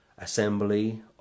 assembly